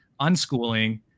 unschooling